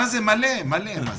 יש מלא חוקים כאלה.